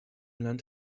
land